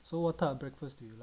so what type of breakfast